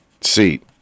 seat